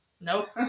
Nope